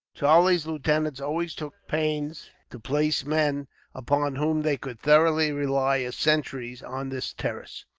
charlie's lieutenants always took pains to place men upon whom they could thoroughly rely as sentries, on this terrace.